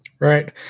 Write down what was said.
Right